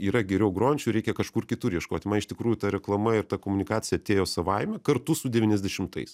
yra geriau grojančių reikia kažkur kitur ieškoti man iš tikrųjų ta reklama ir ta komunikacija atėjo savaime kartu su devyniasdešimtais